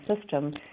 system